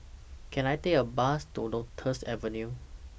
Can I Take A Bus to Lotus Avenue